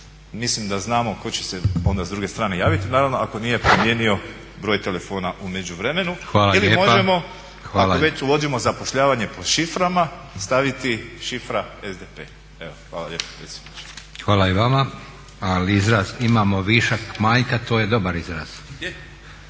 Mislim da znamo tko će se onda s druge javiti, naravno ako nije promijenio broj telefona u međuvremenu ili možemo ako već uvodimo zapošljavanje po šiframa staviti šifra SDP. Hvala lijepa. **Leko, Josip (SDP)** Hvala i vama, ali izraz imamo višak manjka to je dobar izraz.